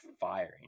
firing